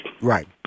Right